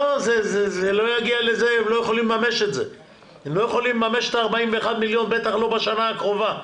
הם לא יכולים לממש את ה-41 מיליון בטח לא בשנה הקרובה.